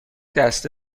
دسته